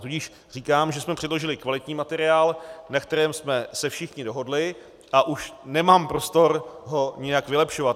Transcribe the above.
Tudíž říkám, že jsme předložili kvalitní materiál, na kterém jsme se všichni dohodli, a už nemám prostor ho nijak vylepšovat.